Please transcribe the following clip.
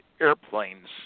airplanes